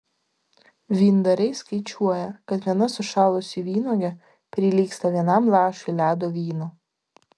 vyndariai skaičiuoja kad viena sušalusi vynuogė prilygsta vienam lašui ledo vyno